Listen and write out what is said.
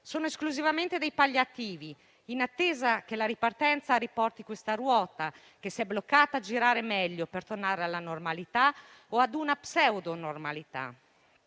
sono esclusivamente dei palliativi, in attesa che la ripartenza riporti questa ruota, che si è bloccata, a girare meglio per tornare alla normalità o ad una pseudo normalità.